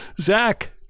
Zach